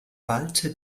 ballte